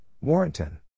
Warrington